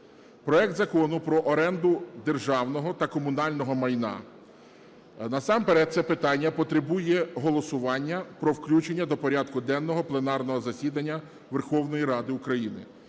Проект Закону про оренду державного та комунального майна. Насамперед це питання потребує голосування про включення до порядку денного пленарного засідання Верховної Ради України.